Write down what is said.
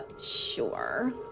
Sure